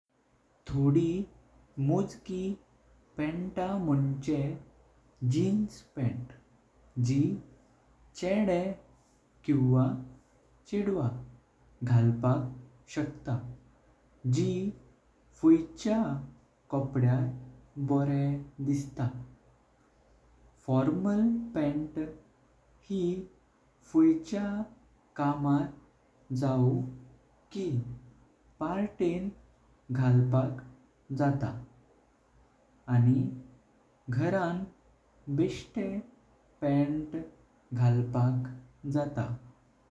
थोडी मोजकी पांतां मोंचें जीन्स पांट जी छेडें किवा छेडवा घालपाक शकता। जी फुईच्या कापोद्यार बॉरें दिसता, फॉर्मल पांत हि फुईच्या कामार जाऊं कि पार्टें घालपाक जाता आनी घरां बेस्टें पांत घालपाक जाता।